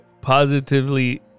positively